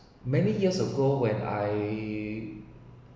many years ago when I